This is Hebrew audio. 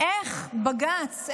איך בג"ץ,